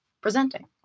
presenting